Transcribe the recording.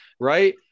Right